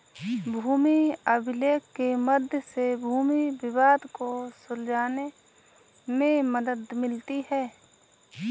भूमि अभिलेख के मध्य से भूमि विवाद को सुलझाने में मदद मिलती है